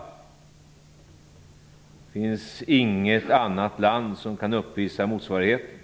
Det finns inget annat land som kan uppvisa motsvarigheten.